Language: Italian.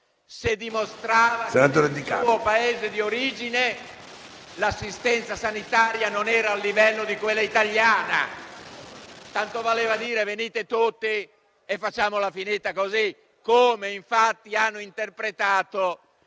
se dimostrava che nel suo Paese di origine l'assistenza sanitaria non era al livello di quella italiana. Tanto valeva dire: venite tutti e facciamola finita così. E questa è stata l'interpretazione